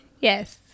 Yes